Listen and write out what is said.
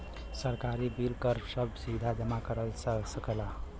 सरकारी बिल कर सभ सीधा जमा करल जा सकेला